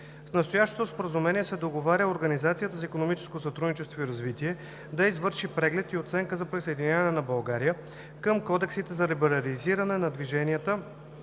С настоящето споразумение се договаря Организацията за икономическо сътрудничество и развитие да извърши преглед и оценка за присъединяване на България към Кодексите за либерализиране на движенията